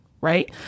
right